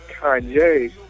Kanye